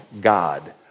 God